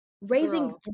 raising